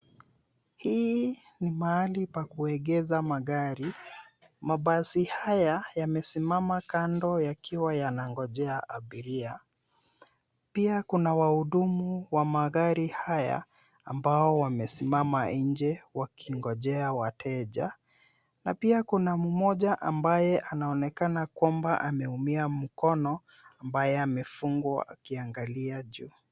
Hii ni mahali pa kuegesha magari mabasi hayo yamesimama kando yakiwa yanangojea abiria. Pia kuna wahudumu wa magari haya ambao wamesimama nje wakingojea wateja na pia kuna mmoja ambaye anaonekana kwamba ameumia mkono ambaye amefungwa akiangalia juu.